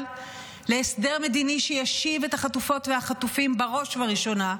להסדר מדיני שישיב את החטופות והחטופים בראש וראשונה,